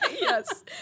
Yes